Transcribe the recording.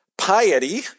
piety